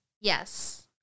Yes